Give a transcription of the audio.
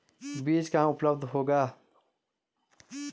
बीज कहाँ उपलब्ध होगा?